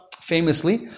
Famously